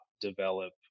develop